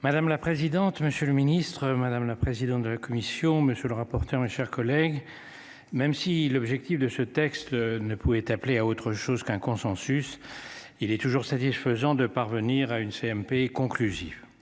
Madame la présidente, monsieur le ministre, madame la présidente de la commission. Monsieur le rapporteur. Mes chers collègues. Même si l'objectif de ce texte ne pouvait être appelé à autre chose qu'un consensus. Il est toujours satisfaisant de parvenir à une CMP conclusive